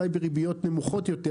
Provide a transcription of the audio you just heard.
אולי בריביות נמוכות יותר,